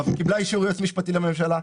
קיבלה אישור יועץ משפטי לממשלה.